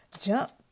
jump